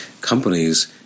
companies